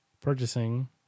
purchasing